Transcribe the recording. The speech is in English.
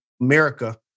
America